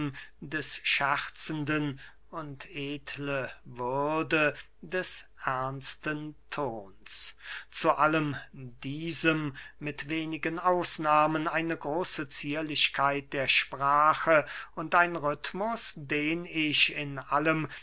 des scherzenden und edle würde des ernsten tons zu allem diesem mit wenigen ausnahmen eine große zierlichkeit der sprache und ein rhythmus den ich in allem